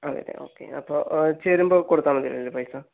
അതെയല്ലേ ഓക്കേ അപ്പോൾ ചേരുമ്പോൾ കൊടുത്താൽ മതിയല്ലേ പൈസ